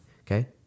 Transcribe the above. okay